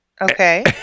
Okay